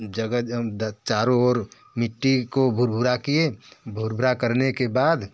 जगह चारों ओर मिट्टी को भुरभुरा किए भुरभुरा करने के बाद